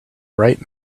bright